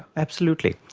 absolutely.